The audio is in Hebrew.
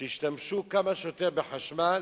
להשתמש כמה שיותר בחשמל